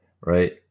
Right